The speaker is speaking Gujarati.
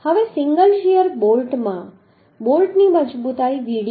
હવે સિંગલ શીયરમાં બોલ્ટ ની મજબૂતાઈ હશે